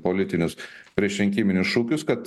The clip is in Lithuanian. politinius priešrinkiminius šūkius kad